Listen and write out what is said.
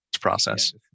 process